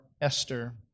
Esther